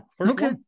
Okay